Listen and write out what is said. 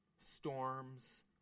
storms